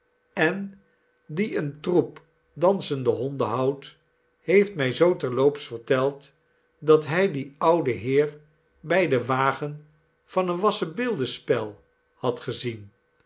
en die een troep dansende honden houdt heeft mij zoo terloops verteld dat hij dien ouden heer bij den wagen van een wassenbeeldenspel had gezien